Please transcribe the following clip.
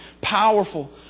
Powerful